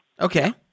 Okay